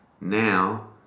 Now